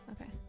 Okay